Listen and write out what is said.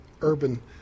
urban